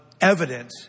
evidence